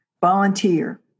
volunteer